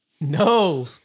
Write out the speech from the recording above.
No